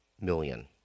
million